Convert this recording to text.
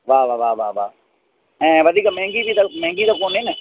वाह वाह वाह वाह वाह ऐं वधीक महांगी बि त महांगी त कोन्हे न